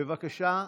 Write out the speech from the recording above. בבקשה,